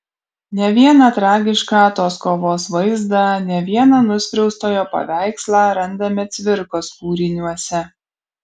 ne vieną tragišką tos kovos vaizdą ne vieną nuskriaustojo paveikslą randame cvirkos kūriniuose